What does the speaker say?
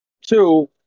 Two